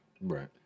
Right